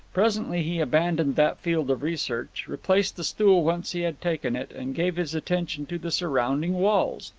presently he abandoned that field of research, replaced the stool whence he had taken it, and gave his attention to the surrounding walls.